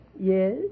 Yes